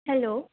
hello